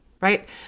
Right